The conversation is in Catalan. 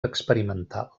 experimental